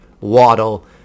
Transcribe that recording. Waddle